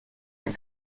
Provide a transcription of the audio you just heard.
den